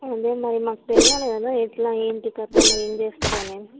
అదే మరి మాకు తెలియాలి కదా ఎట్లా ఏంటి కథ అని ఏమి చేస్తుర్రు అనేది